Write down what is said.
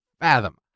fathom